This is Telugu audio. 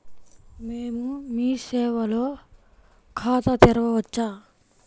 మేము మీ సేవలో ఖాతా తెరవవచ్చా?